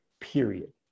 period